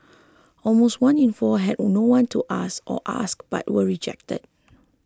almost one in four had no one to ask or asked but were rejected